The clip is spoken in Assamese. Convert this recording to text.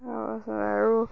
তাৰপাছত আৰু